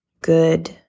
good